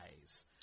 eyes